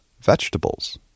vegetables